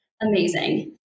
Amazing